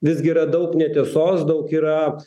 visgi yra daug netiesos daug yra